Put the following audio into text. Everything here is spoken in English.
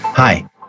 Hi